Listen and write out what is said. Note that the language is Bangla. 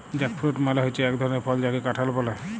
জ্যাকফ্রুট মালে হচ্যে এক ধরলের ফল যাকে কাঁঠাল ব্যলে